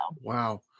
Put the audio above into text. Wow